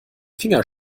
finger